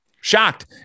Shocked